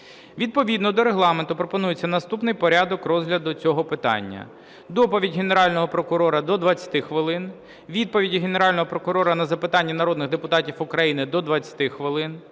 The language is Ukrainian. Відповідно до Регламенту пропонується наступний порядок розгляду цього питання: доповідь Генерального прокурора – до 20 хвилин; відповіді Генерального прокурора на запитання народних депутатів України – до 20 хвилин;